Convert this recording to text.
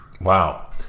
Wow